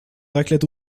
raclette